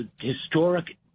historic